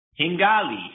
Hingali